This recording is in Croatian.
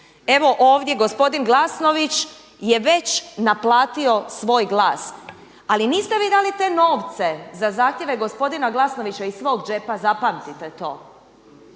Evo ovdje gospodin Glasnović je već naplatio svoj glas. Ali niste vi dali te novce za zahtjeve gospodina Glasnovića iz svog džepa zapamtite to!